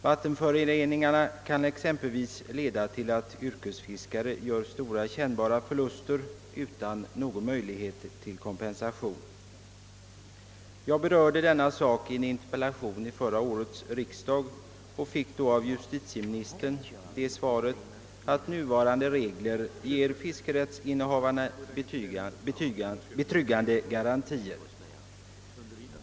Vattenföroreningar kan exempelvis leda till att yrkesfiskare gör stora kännbara förluster utan att ha någon möjlighet att få kompensation. Jag berörde saken i en interpellation vid förra årets riksdag och fick då av justitieministern det svaret, att nuvarande regler ger fiskerättsinnehavarna betryggande garantier.